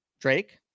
Drake